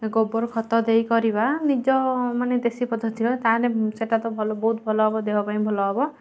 ଗୋବର ଖତ ଦେଇ କରିବା ନିଜ ମାନେ ଦେଶୀ ପଦ୍ଧତିର ତା'ହେଲେ ସେଇଟା ତ ଭଲ ବହୁତ ଭଲ ହେବ ଦେହ ପାଇଁ ଭଲ ହେବ